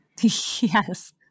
Yes